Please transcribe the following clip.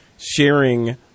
sharing